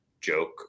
joke